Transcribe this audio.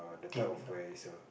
the type of where is a